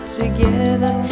together